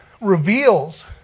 reveals